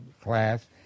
class